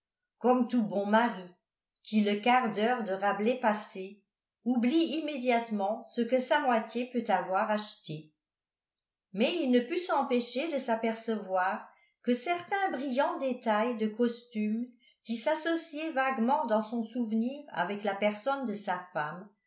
comme tout bon mari qui le quart d'heure de rabelais passé oublie immédiatement ce que sa moitié peut avoir acheté mais il ne put s'empêcher de s'apercevoir que certains brillants détails de costume qui s'associaient vaguement dans son souvenir avec la personne de sa femme